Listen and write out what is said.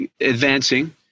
advancing